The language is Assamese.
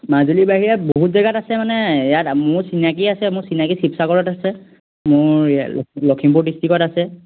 মাজুলী বাহিৰত বহুত জেগাত আছে মানে ইয়াত মোৰ চিনাকি আছে মোৰ চিনাকি শিৱসাগৰত আছে মোৰ ইয়াত লখিমপুৰ ডিষ্ট্ৰিকত আছে